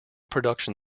production